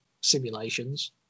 simulations